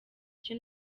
cye